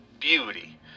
beauty